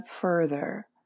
further